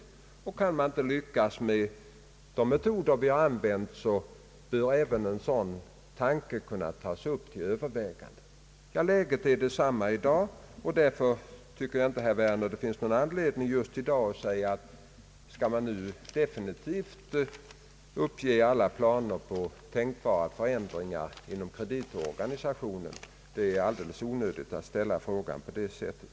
Lyckas man inte med de metoder som används, bör även en sådan tanke tas upp till övervägande. Läget är detsamma i dag. Därför finns det inte, herr Werner, någon anledning att just nu ställa frågan om man nu definitivt skall uppge alla planer på tänkbara förändringar inom kreditorganisationen. Det är alldeles onödigt att ställa frågan på det sättet.